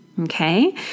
Okay